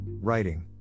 writing